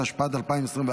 התשפ"ד 2024,